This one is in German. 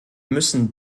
müssen